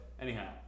Anyhow